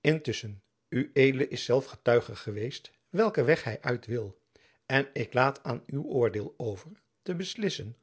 intusschen ued is zelf getuige geweest welken weg hy uit wil en ik laat aan uw oordeel over te beslissen